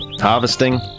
Harvesting